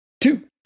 Two